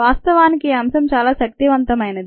వాస్తవానికి ఈ అంశం చాలా శక్తివంతమైనది